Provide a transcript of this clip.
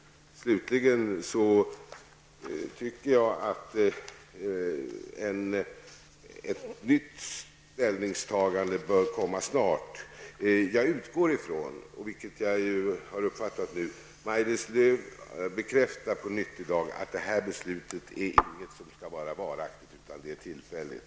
Slutligen tycker jag att ett nytt ställningstagande bör göras snart. Jag utgår från, vilket jag uppfattar att Maj-Lis Lööw på nytt i dag bekräftar, att det här beslutet inte skall vara varaktigt utan att det är tillfälligt.